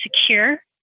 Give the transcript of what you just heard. secure